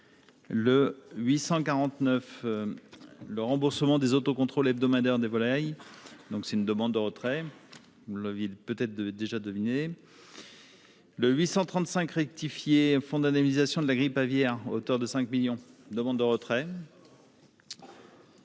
le 849 le remboursement des auto-contrôles hebdomadaires des volailles, donc c'est une demande de retrait, la ville peut être déjà deviné. La prochaine fois. Le 835 rectifié fonds d'indemnisation de la grippe aviaire, auteur de 5 millions demande de retrait.